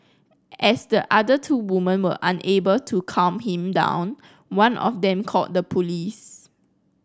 as the other two women were unable to calm him down one of them called the police